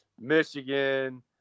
Michigan